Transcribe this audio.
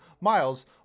Miles